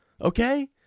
okay